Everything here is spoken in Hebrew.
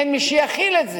אין מי שיכיל את זה.